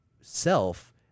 self